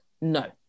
no